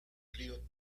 río